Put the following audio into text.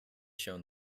shown